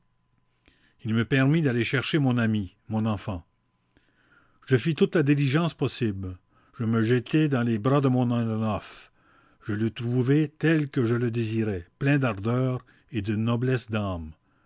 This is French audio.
il me permit d'aller chercher mon ami mon enfant je fis toute la diligence possible je me jettai dans les bras de mon ernof je le trouvai tel que je le désirais plein d'ardeur et de noblesse d'âme